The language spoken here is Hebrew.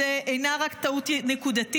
זו אינה רק טעות נקודתית,